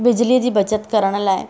बिजलीअ जी बचति करण लाइ